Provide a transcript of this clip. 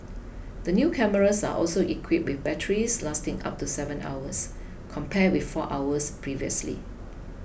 the new cameras are also equipped with batteries lasting up to seven hours compared with four hours previously